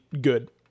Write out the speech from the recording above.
good